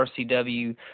RCW